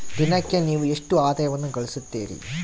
ದಿನಕ್ಕೆ ನೇವು ಎಷ್ಟು ಆದಾಯವನ್ನು ಗಳಿಸುತ್ತೇರಿ?